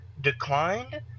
declined